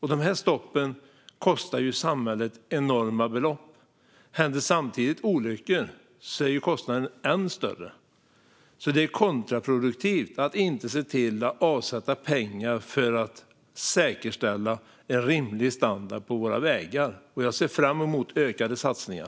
De här stoppen kostar samhället enorma belopp, och om det samtidigt händer olyckor är kostnaden än större, så det är kontraproduktivt att inte avsätta pengar för att säkerställa en rimlig standard på våra vägar. Jag ser fram emot ökade satsningar.